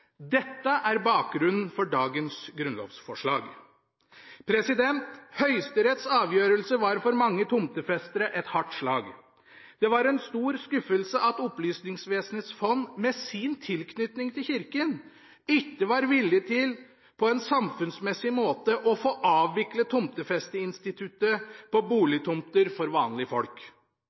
Dette er bakgrunnen for dagens grunnlovsforslag. Høyesteretts avgjørelse var for mange tomtefestere et hardt slag. Det var en stor skuffelse at Opplysningsvesenets fond, med sin tilknytning til Kirken, ikke var villig til – på en samfunnsmessig måte – å få avviklet tomtefesteinstituttet på boligtomter for vanlige folk.